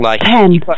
Ten